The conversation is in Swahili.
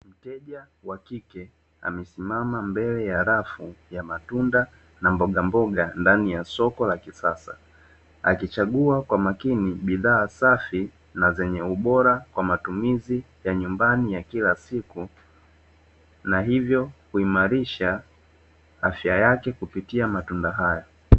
Mteja wa kike amesimama mbele ya rafu ya matunda na mbogamboga ndani ya soko la kisasa. Akichagua kwa makini bidhaa safi na zenye ubora kwa matumizi ya nyumbani ya kila siku, na hivyo kuimarisha afya yake kupitia matunda hayo.